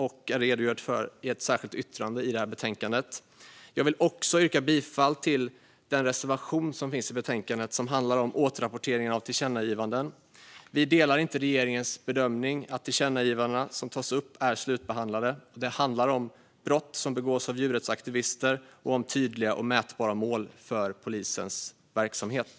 Jag har här redogjort för ett särskilt yttrande i betänkandet. Jag vill också yrka bifall till den reservation i betänkandet som handlar om återrapporteringen av tillkännagivanden. Vi delar inte regeringens bedömning att tillkännagivandena som tas upp är slutbehandlade. Det handlar om brott som begås av djurrättsaktivister och om tydliga och mätbara mål för polisens verksamhet.